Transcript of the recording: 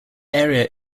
area